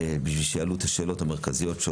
בשביל שיעלו את השאלות המרכזיות.